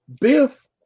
Biff